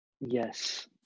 Yes